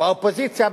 באופוזיציה.